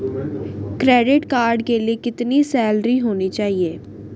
Credit card के लिए कितनी सैलरी होनी चाहिए?